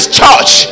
church